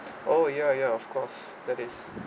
oh ya ya of course that is